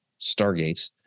stargates